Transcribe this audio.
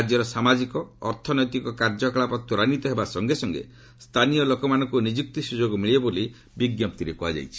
ରାଜ୍ୟର ସାମାଜିକ ଅର୍ଥନୈତିକ କାର୍ଯ୍ୟକଳାପ ତ୍ୱରାନ୍ୱିତ ହେବା ସଙ୍ଗେ ସଙ୍ଗେ ସ୍ଥାନୀୟ ଲୋକମାନଙ୍କୁ ନିଯୁକ୍ତି ସୁଯୋଗ ମିଳିପାରିବ ବୋଲି ବିଞ୍ଘପ୍ତିରେ କ୍ହାଯାଇଛି